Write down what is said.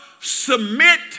Submit